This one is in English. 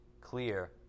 clear